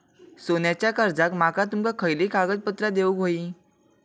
सोन्याच्या कर्जाक माका तुमका खयली कागदपत्रा देऊक व्हयी?